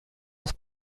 aus